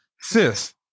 sis